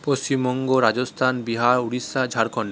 Paschimbanga Rajasthan Bihar Orissa Jharkhand